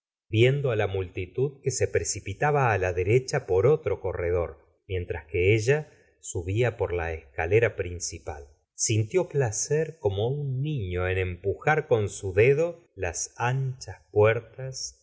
viendo á la multitud que se precipitaba á la derecha por otro corredor mientras que ella subía por la escalera principal sintió placer como un niño en empujar con su dedo las an cbas puertas con